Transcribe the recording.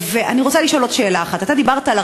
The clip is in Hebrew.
ואני רוצה לשאול עוד שאלה אחת: חלק